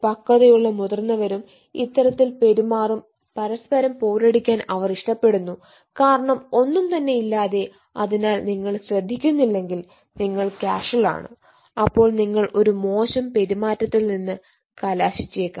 പക്വതയുള്ള മുതിർന്നവരും ഇത്തരത്തിൽ പെരുമാറും പരസ്പരം പോരടിക്കാൻ അവർ ഇഷ്ടപ്പെടുന്നു കാരണം ഒന്നും തന്നെ ഇല്ലാതെ അതിനാൽ നിങ്ങൾ ശ്രദ്ധിക്കുന്നില്ലെങ്കിൽ നിങ്ങൾ കാഷ്വൽ ആണ് അപ്പോൾ നിങ്ങൾ ഒരു മോശം പെരുമാറ്റത്തിൽ ചെന്ന് കലാശിച്ചേക്കാം